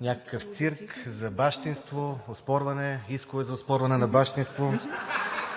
някакъв цирк – за бащинство, оспорване, искове за оспорване на бащинство (смях